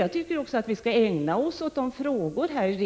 Jag anser att vi skall ägna oss åt sådana frågor här i